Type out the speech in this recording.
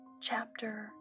chapter